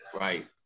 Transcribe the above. Right